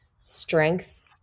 strength